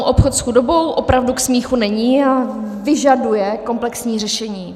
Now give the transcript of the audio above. Obchod s chudobou opravdu k smíchu není a vyžaduje komplexní řešení.